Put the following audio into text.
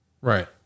Right